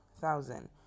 thousand